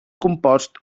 composts